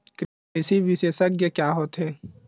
कृषि विशेषज्ञ का होथे?